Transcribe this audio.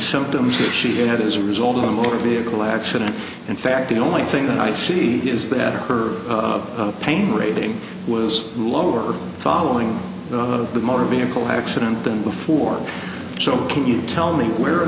symptoms that she had as a result of a motor vehicle accident in fact the only thing that i see is that her pain rating was lower following the motor vehicle accident than before so can you tell me where in